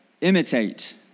imitate